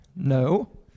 No